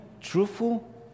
truthful